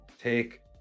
take